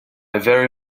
very